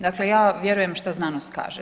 Dakle, ja vjerujem što znanost kaže.